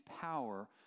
power